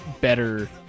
better